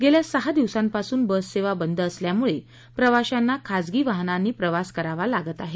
गेल्या सहा दिवसांपासून बससेवा बंद असल्यामुळे प्रवाशांना खाजगी वाहनांनी प्रवास करावा लागत आहे